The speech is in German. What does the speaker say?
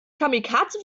kamikaze